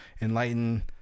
enlighten